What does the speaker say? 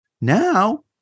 now